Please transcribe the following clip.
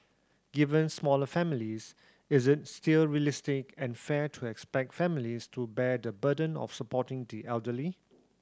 given smaller families is still realistic and fair to expect families to bear the burden of supporting the elderly